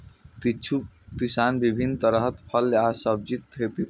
किछु किसान विभिन्न तरहक फल आ सब्जीक खेती करै छै